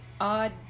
odd